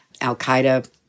al-Qaeda